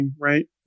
right